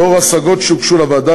לנוכח ההשגות שהוגשו לוועדה,